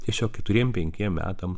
tiesiog keturiem penkiem metam